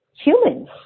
humans